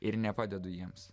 ir nepadedu jiems